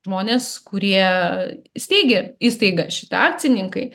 žmonės kurie steigė įstaigą šitą akcininkai